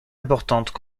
importantes